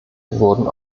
wurden